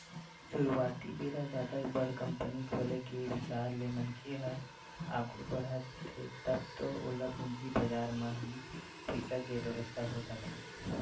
सुरुवाती बेरा जादा बड़ कंपनी खोले के बिचार ले मनखे ह आघू बड़हत हे तब तो ओला पूंजी बजार म ही पइसा के बेवस्था हो जाथे